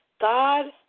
God